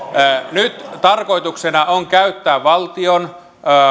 nyt tarkoituksena on käyttää valtion